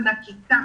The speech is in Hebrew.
הכיתה,